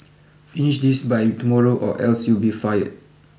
finish this by tomorrow or else you'll be fired